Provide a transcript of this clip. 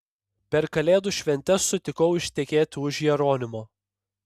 per kalėdų šventes sutikau ištekėti už jeronimo